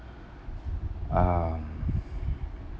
um